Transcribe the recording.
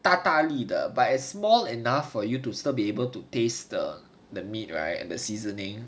大大粒的 but is small enough for you to still be able to taste the the meat right and the seasoning